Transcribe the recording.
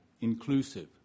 inclusive